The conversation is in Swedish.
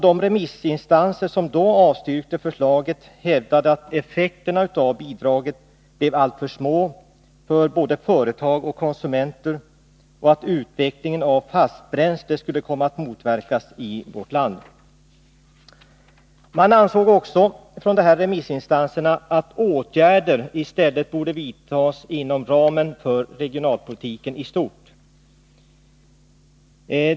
De remissinstanser som då avstyrkte förslaget hävdade att effekterna av bidraget blev alltför små för både företag och konsumenter och att utvecklingen av fast bränsle skulle komma att motverkas i vårt land. Remissinstanserna ansåg också att åtgärder i stället borde vidtas inom ramen för regionalpolitiken i stort.